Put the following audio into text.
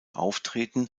auftreten